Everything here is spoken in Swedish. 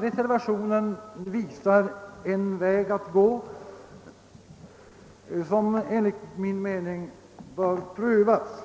Reservationen 1 anvisar en väg, som enligt min mening bör prövas.